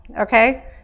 okay